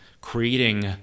creating